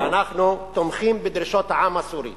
אנחנו תומכים בדרישות העם הסורי.